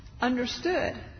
understood